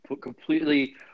completely –